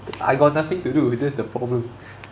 I got nothing to do that's the problem